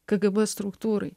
kgb struktūrai